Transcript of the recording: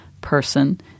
person